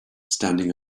standing